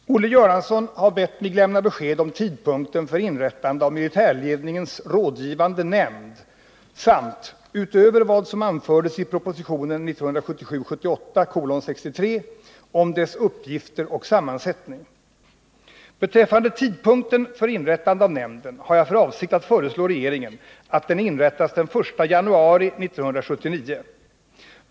Herr talman! Olle Göransson har bett mig lämna besked om tidpunkten för inrättande av militärledningens rådgivande nämnd samt — utöver vad som anfördes i propositionen 1977/78:63 — om dess uppgifter och sammansättning. Vad beträffar tidpunkten för inrättande av nämnden har jag för avsikt att föreslå regeringen att den inrättas den 1 januari 1979.